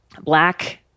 Black